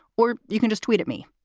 or you can just tweeted me.